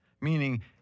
Meaning